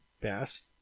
best